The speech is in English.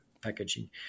packaging